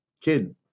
kid